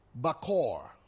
bakor